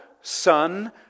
Son